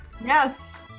yes